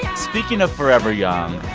speaking of forever young,